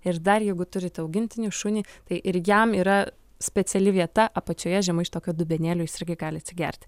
ir dar jeigu turit augintinį šunį tai ir jam yra speciali vieta apačioje žemai iš tokio dubenėlio jis irgi gali atsigerti